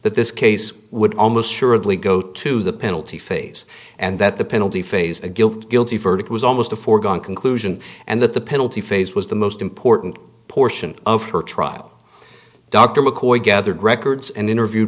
that this case would almost assuredly go to the penalty phase and that the penalty phase a guilt guilty verdict was almost a foregone conclusion and that the penalty phase was the most important portion of her trial dr mccoy gathered records and interview